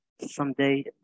someday